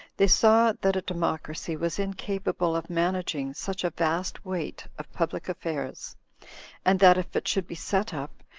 they saw that a democracy was incapable of managing such a vast weight of public affairs and that if it should be set up,